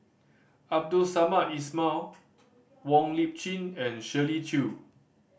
Abdul Samad Ismail Wong Lip Chin and Shirley Chew